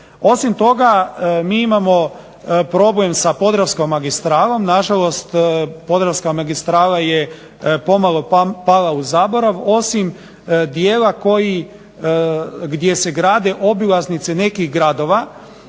Osim toga mi imamo problem sa Podravskom magistralom, nažalost Podravska magistrala je pomalo pala u zaborav, osim dijela gdje se grade obilaznice nekih gradova